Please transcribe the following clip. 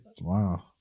wow